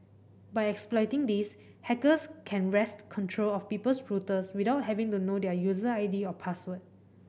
by exploiting this hackers can wrest control of people's routers without having to know their user I D or password